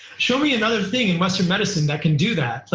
show me another thing in western medicine that can do that.